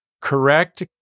correct